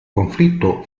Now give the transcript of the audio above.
conflitto